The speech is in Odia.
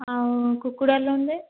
ଆଉ କୁକୁଡ଼ା ଲୋନ୍ରେ